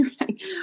right